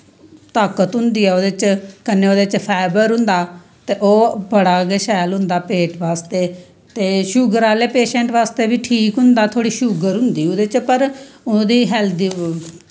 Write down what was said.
ताकत होंदी ऐ ओह्दे च कन्नै ओह्दे च फायबर होंदा ते ओह् बड़ा गै शैल होंदे पेट आस्तै ते शूगर आह्लै पेशैंट आस्तै बी ठीक होंदा थोह्ड़ी शूगर होंदी ओह्दे च पर ओह्दी हैल्दी